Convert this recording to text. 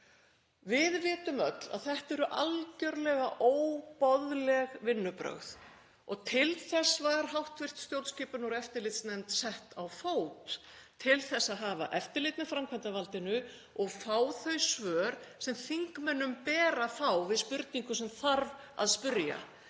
Við vitum öll að þetta eru algerlega óboðleg vinnubrögð og til þess var hv. stjórnskipunar- og eftirlitsnefnd sett á fót, til þess að hafa eftirlit með framkvæmdarvaldinu og fá þau svör sem þingmönnum ber að fá við spurningum sem þarf að spyrja.